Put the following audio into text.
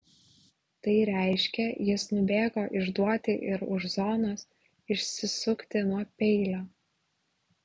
tai reiškė jis nubėgo išduoti ir už zonos išsisukti nuo peilio